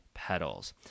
petals